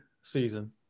season